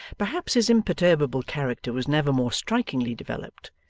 perhaps his imperturbable character was never more strikingly developed,